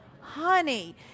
Honey